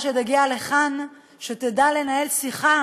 חברים וחברות הגירושים משאירים פצועים בשטח.